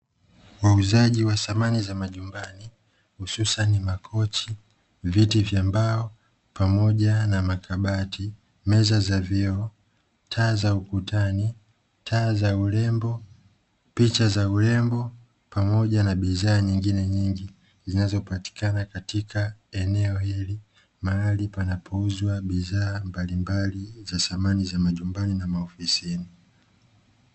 Uuzaji wa samani za majumbani hususani makochi, viti vya mbao pamoja na makabati, meza za vioo, taa za ukutani, taa za urembo, picha za urembo pamoja na bidhaa nyingine nyingi zinazopatikana katika eneo hili mahali panapouzwa bidhaa mbalimbali za samani za majumbani na maofisini.